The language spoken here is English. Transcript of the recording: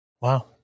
wow